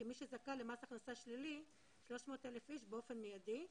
כי מי שזכאי למס הכנסה שלילי 300,000 איש באופן מיידי,